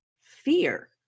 fear